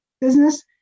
business